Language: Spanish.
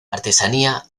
artesanía